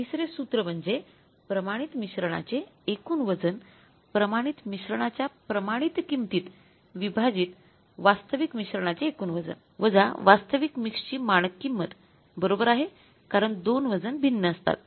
तिसरे सूत्र म्हणजे प्रमाणित मिश्रणाचे एकूण वजन प्रमाणित मिश्रणाच्याप्रमाणित किंमतीत विभाजित वास्तविक मिश्रणाचे एकूण वजन वास्तविक मिक्सची मानक किंमत बरोबर आहे कारण दोन वजन भिन्न असतात